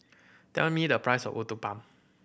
tell me the price of Uthapam